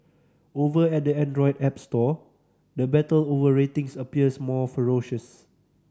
over at the Android app store the battle over ratings appears more ferocious